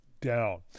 down